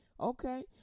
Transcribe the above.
okay